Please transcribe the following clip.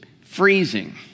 freezing